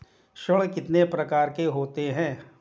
ऋण कितने प्रकार के होते हैं?